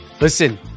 listen